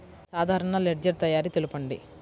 సాధారణ లెడ్జెర్ తయారి తెలుపండి?